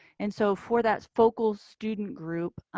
and so for that focal student group.